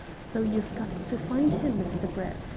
so you've got to find him, mr. brett.